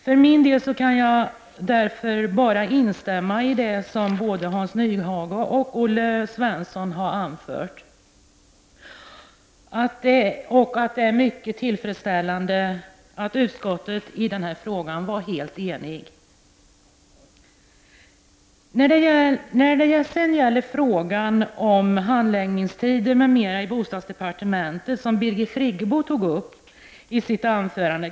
För min del kan jag därför bara instämma i det som både Hans Nyhage och Olle Svensson har anfört. Det är mycket tillfredsställande att utskottet i den här frågan var helt enigt. Handläggningstider m.m. i bostadsdepartementet var den fråga som Birgit Friggebo tog upp i sitt anförande.